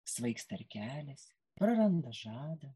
svaigsta ir keliasi praranda žadą